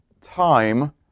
time